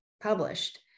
published